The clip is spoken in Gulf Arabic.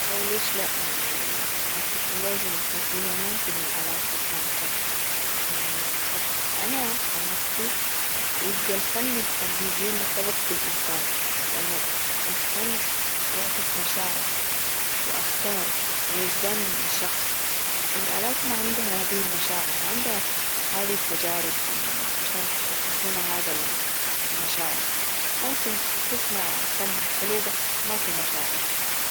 وليش لأ يعني مع التكنولوجيا اللي إحنا فيها ممكن الآلات تصنع الفن يعني بس أنا عن نفسي يبقى الفن الحقيقي مرتبط بالإنسان لأنه الفن يعكس مشاعر وأفكار ووجدان الشخص الآلات ما عندها هذه المشاعر ما عندها هذه التجارب يعني مشان تعكس لنا هذا المشاعر ممكن تصنع فن حلو بس ما في مشاعر.